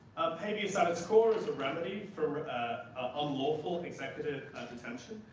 habeas, at it's core, is a remedy for ah unlawful executive detention,